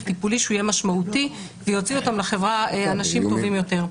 טיפולי שיהיה משמעותי ויוציא אותם לחברה אנשים טובים יותר.